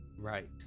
right